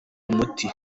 umuti